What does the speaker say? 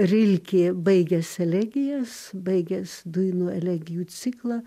rilkė baigęs elegijas baigęs duino elegijų ciklą